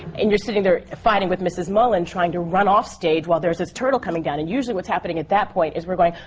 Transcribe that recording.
and you're sitting there fighting with mrs. mullin, trying to run off stage while there's this turtle coming down. and usually, what's happening at that point is we're going,